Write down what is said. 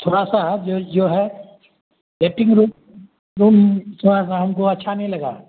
थोड़ा सा जो जो है वेटिंग रूम रूम थोड़ा सा हमको अच्छा नहीं लगा